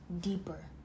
deeper